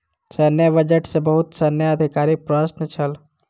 सैन्य बजट सॅ बहुत सैन्य अधिकारी प्रसन्न छल